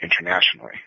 internationally